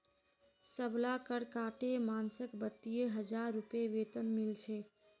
सबला कर काटे मानसक बत्तीस हजार रूपए वेतन मिल छेक